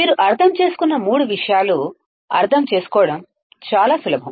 మీరు ఈ మూడు విషయాలు అర్థం చేసుకోవడం చాలా సులభం